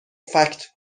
فکت